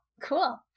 cool